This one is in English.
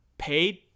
Paid